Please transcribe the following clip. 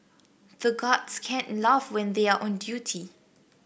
the guards can't laugh when they are on duty